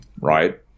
right